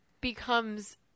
becomes